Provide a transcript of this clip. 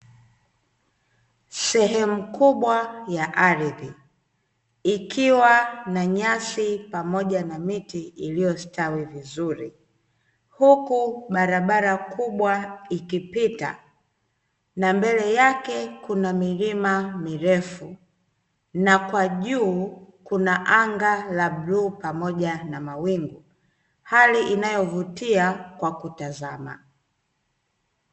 Sehemu kubwa ya ardhi ikiwa na nyasi pamoja na miti iliyostawi vizuri, huku barabara kubwa ikipita na mbele yake kuna milima mirefu. Na kwa juu kuna anga la bluu pamoja na mawingu, hali inayovutia kwa kutazama.